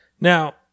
Now